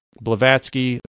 Blavatsky